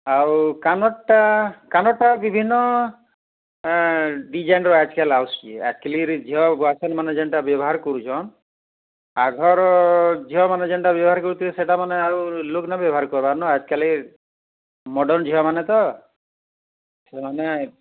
ଆଉ କାନରଟା କାନରଟା ବିଭିନ୍ନ ଡିଜାଇନର ଅଛି ହେଲା ଆକ୍ଲିରଜବ ୱାସନ ମାନେ ଯେନତା ବ୍ୟବହାର କରୁଚନ ଆଘର ଝିଅମାନେ ଯେନ୍ତା ବ୍ୟବହାର କରୁଥିଲେ ସେଟା ମାନେ ଆଉ ଲୋକ ନ ବ୍ୟବହାର କରଵନ ଆଜିକାଲି ମଡ଼ନ ଝିଅମାନେ ତ ମାନେ